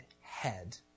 head